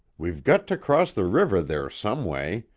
we've got to cross the river there someway,